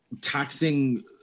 taxing